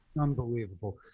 Unbelievable